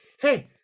hey